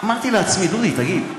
אמרתי לעצמי: דודי, תגיד,